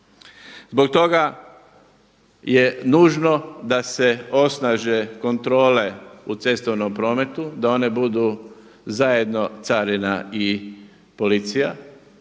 Zbog toga je nužno da se osnaže kontrole u cestovnom prometu, da one budu zajedno carina i policija